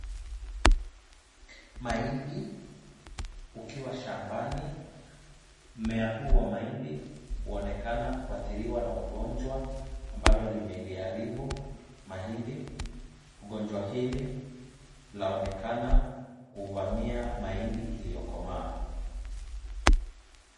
Mahindi ukiwa shambani. Mmea huu wa mahindi waonekana kuathiriwa na ugonjwa ambalo limeliharibu mahindi. Ugonjwa hili laonekana kuvamia mahindi iliyokomaa.